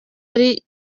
ari